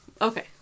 Okay